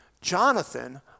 Jonathan